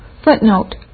footnote